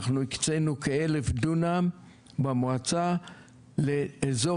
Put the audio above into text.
אנחנו הקצינו כ-1,000 דונם במועצה לאזור